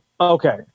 okay